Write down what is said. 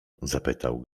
zapytał